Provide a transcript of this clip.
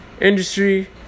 industry